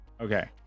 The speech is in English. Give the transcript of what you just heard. Okay